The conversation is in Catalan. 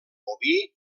oví